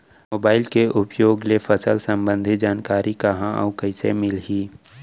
Mobile के उपयोग ले फसल सम्बन्धी जानकारी कहाँ अऊ कइसे मिलही?